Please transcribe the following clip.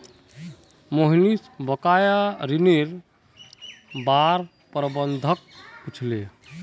मोहनीश बकाया ऋनेर बार प्रबंधक पूछले